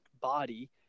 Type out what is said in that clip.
body